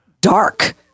dark